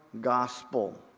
Gospel